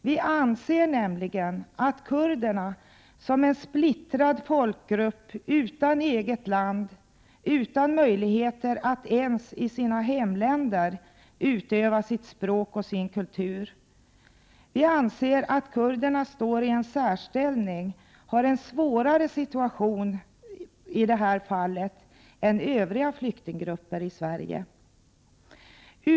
Vi anser att kurderna som en splittrad folkgrupp utan eget land, utan möjligheter att ens i sina hemländer utöva sitt språk och sin kultur står i en särställning och har en svårare situation på detta område än övriga flyktinggrupper i Sverige.